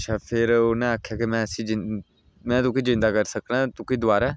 अच्छा फिर उ'नें आखेआ की में इसी जींदा में तुगी जींदा करी सकना तुक्की दोआरै